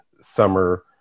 summer